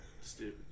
Stupid